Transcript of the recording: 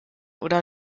oder